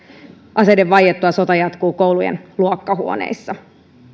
aseiden vaiettua sota jatkuu koulujen luokkahuoneissa